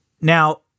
Now